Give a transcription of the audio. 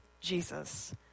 Jesus